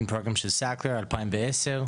האמריקאית של סאקר 2010,